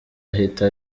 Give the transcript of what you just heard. ahita